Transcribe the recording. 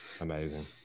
amazing